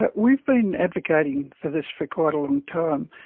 but we've been advocating for this for quite a long time.